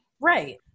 Right